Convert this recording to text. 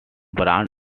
brand